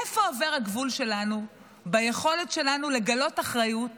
איפה עובר הגבול שלנו ביכולת שלנו לגלות אחריות